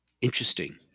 Interesting